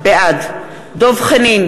בעד דב חנין,